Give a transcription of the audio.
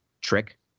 Trick